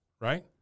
right